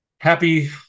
happy